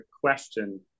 question